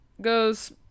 goes